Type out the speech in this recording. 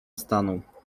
stanął